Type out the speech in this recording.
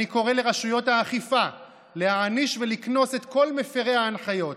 אני קורא לרשויות האכיפה להעניש ולקנוס את כל מפירי ההנחיות,